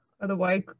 otherwise